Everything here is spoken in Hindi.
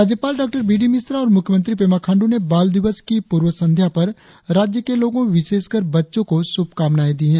राज्यपाल डॉ बी डी मिश्रा और मुख्यमंत्री पेमा खांडू ने बाल दिवस की पूर्व संध्या पर राज्य के लोगों विशेषकर बच्चों को शुभकामनाएं दी है